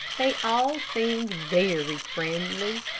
they all seemed very friendly.